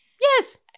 Yes